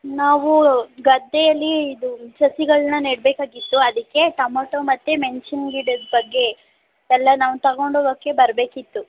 ನಾವು ಗದ್ದೆಯಲ್ಲಿ ಇದು ಸಸಿಗಳನ್ನು ನೆಡಬೇಕಾಗಿತ್ತು ಅದಕ್ಕೆ ಟಮೊಟೊ ಮತ್ತು ಮೆಣ್ಸಿನ ಗಿಡದ ಬಗ್ಗೆ ಎಲ್ಲ ನಾವು ತಗೊಂಡು ಹೋಗೋಕೆ ಬರಬೇಕಿತ್ತು